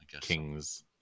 kings